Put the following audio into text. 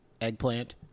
eggplant